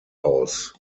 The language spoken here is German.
aus